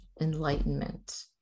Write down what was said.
enlightenment